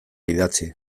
idatzi